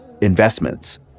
investments